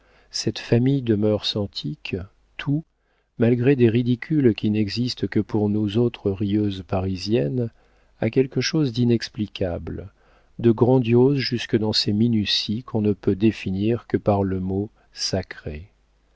cette famille de mœurs antiques tout malgré des ridicules qui n'existent que pour nous autres rieuses parisiennes a quelque chose d'inexplicable de grandiose jusque dans ses minuties qu'on ne peut définir que par le mot sacré